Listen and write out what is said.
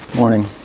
morning